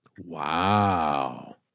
Wow